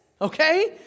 okay